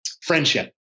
friendship